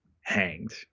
hanged